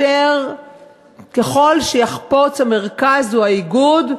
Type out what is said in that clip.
ככל שיחפוץ המרכז או האיגוד,